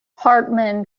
hartmann